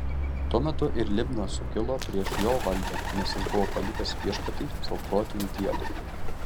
tuo metu ir libna sukilo prieš jo valdžią nes jis buvo palikęs viešpatį savo protėvių dievą